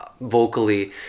vocally